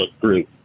group